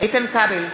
איתן כבל,